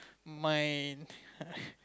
mine ha